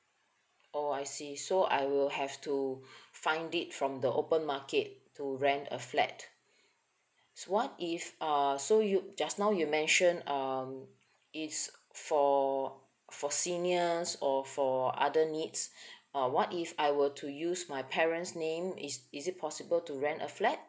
oh I see so I will have to find it from the open market to rent a flat what if uh so you just now you mentioned um it's for for seniors or for other needs uh what if I were to use my parents name is is it possible to rent a flat